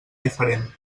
diferent